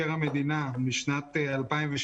הוזכר חוק המוסד לביטוח לאומי, וגם אישה